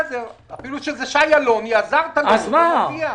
אפילו שזה שי אלוני, עזרת לו.